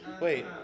Wait